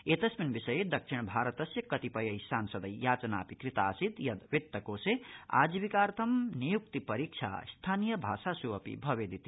एतस्मिन् विषये दक्षिणभारतस्य कतिपयै सांसदै याचनापि कृता आसीत् यद् वित्तकोषे आजीविकार्थं परीक्षा स्थानीयभाषास् अपि भवेदिति